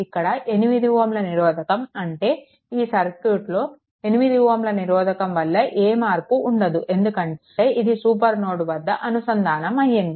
ఇక్కడ 8Ω నిరోధకం అంటే ఈ సర్క్యూట్లో 8 Ω నిరోధకం వల్ల ఏ మార్పు ఉండదు ఎందుకంటే ఇక్కడ సూపర్ నోడ్ వద్ద అనుసంధానం అయ్యింది